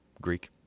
Greek